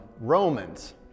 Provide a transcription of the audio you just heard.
Romans